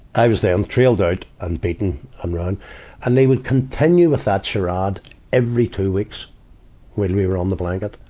i was then trailed out and beaten um an. and they would continue with that charade every two weeks when we were on the blanket.